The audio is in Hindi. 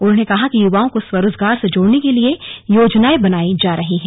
उन्होंने कहा कि युवाओं को स्वरोजगार से जोड़ने के लिये योजनायें बनायी जा रही हैं